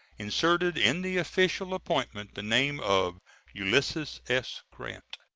inserted in the official appointment the name of ulysses s. grant.